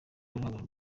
uhagarariye